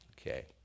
okay